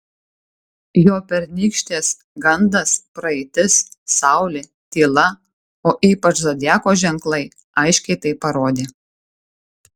jo pernykštės gandas praeitis saulė tyla o ypač zodiako ženklai aiškiai tai parodė